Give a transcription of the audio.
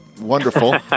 wonderful